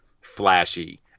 flashy